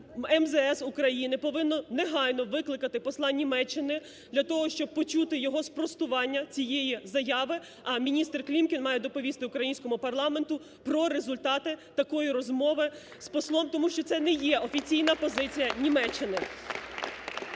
МЗС України повинно негайно викликати посла Німеччини для того, щоб почути його спростування цієї заяви, а міністр Клімкін має доповісти українському парламенту про результати такої розмови з послом. Тому що це не є офіційна позиція Німеччини.